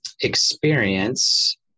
experience